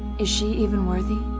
is she even worthy?